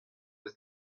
eus